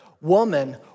Woman